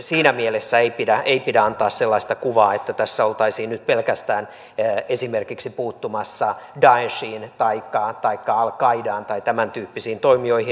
siinä mielessä ei pidä antaa sellaista kuvaa että tässä oltaisiin nyt puuttumassa pelkästään esimerkiksi daeshiin taikka al qaidaan tai tämäntyyppisiin toimijoihin